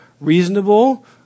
reasonable